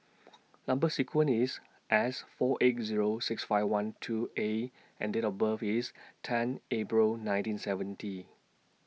Number sequence IS S four eight Zero six five one two A and Date of birth IS ten April nineteen seventy